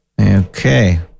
Okay